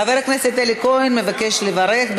חבר הכנסת אלי כהן מבקש לברך.